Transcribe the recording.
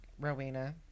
Rowena